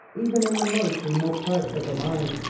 even in the most remote parts of the mine.